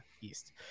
East